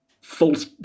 false